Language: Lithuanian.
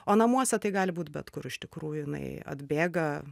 o namuose tai gali būti bet kur iš tikrųjų jinai atbėga